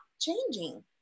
changing